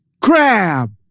Crab